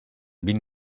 vint